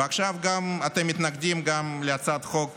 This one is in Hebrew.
ועכשיו אתם מתנגדים גם להצעת חוק